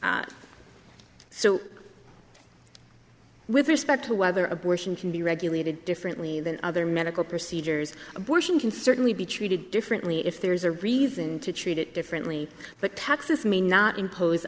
so with respect to whether abortion can be regulated differently than other medical procedures abortion can certainly be treated differently if there is a reason to treat it differently but texas may not impose